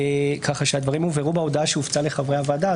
כך שהדברים הובהרו בהודעה שהופצה לחברי הוועדה.